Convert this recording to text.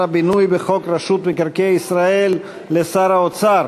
הבינוי בחוק רשות מקרקעי ישראל לשר האוצר.